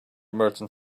merchant